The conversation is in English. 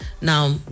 now